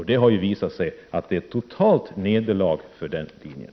Det har visat sig att det blivit ett totalt nederlag för den linjen.